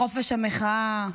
בחופש המחאה,